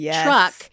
truck